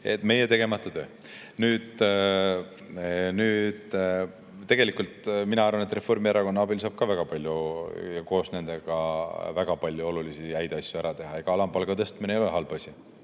meie tegemata töö. Nüüd, tegelikult mina arvan, et Reformierakonna abiga ja koos nendega saab ka väga palju olulisi häid asju ära teha, ega alampalga tõstmine ei ole halb asi.